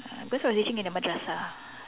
uh because I was teaching in a madrasah